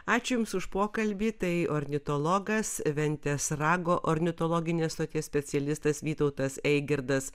ačiū jums už pokalbį tai ornitologas ventės rago ornitologinės stoties specialistas vytautas eigirdas